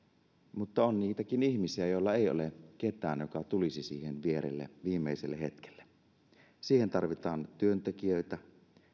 mutta on niitäkin ihmisiä joilla ei ole ketään joka tulisi siihen vierelle viimeiselle hetkelle siihen tarvitaan työntekijöitä